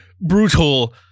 brutal